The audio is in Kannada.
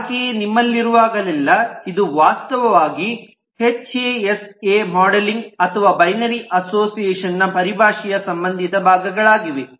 ಹಾಗೆಯೇ ನಿಮ್ಮಲ್ಲಿರುವಾಗಲೆಲ್ಲಾ ಇದು ವಾಸ್ತವವಾಗಿ HAS A HAS A modelling ಅಥವಾ ಬೈನರಿ ಅಸೋಸಿಯೇಷನ್ ನ ಪರಿಭಾಷೆಯಲ್ಲಿ ಸಂಬಂಧಿತ ಭಾಗಗಳಾಗಿವೆ